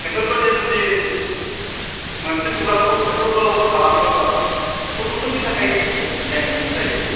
बेफोरबायदि जुदि मोनसे प्रग्रामखौ एथ' गोलाव खालामोबा गथ'फोरनि थाखाय एसे जेंना जायो